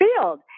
Field